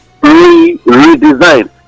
redesigned